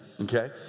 Okay